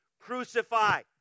crucify